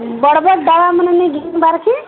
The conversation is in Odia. ବଡ଼ ବଡ଼ ଡବା ମାନ ନେଇକି ଯିବାର ଅଛି